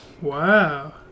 Wow